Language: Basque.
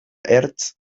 ertz